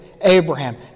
Abraham